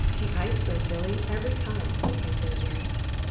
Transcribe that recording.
the iceberg, billy, every time, i said at last.